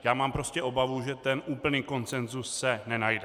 Já mám prostě obavu, že ten úplný konsenzus se nenajde.